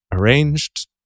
Arranged